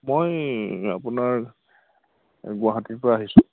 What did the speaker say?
মই আপোনাৰ গুৱাহাটীৰ পৰা আহিছোঁ